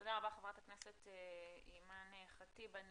תודה רבה חברת הכנסת אימאן ח'טיב.